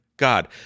God